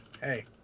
hey